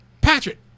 Patrick